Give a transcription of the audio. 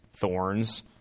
thorns